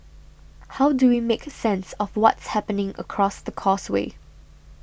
how do we make sense of what's happening across the causeway